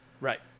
Right